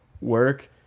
work